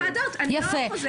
יפה.